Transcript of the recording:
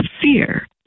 fear